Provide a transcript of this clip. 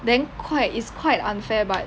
then quite it's quite unfair but